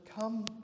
Come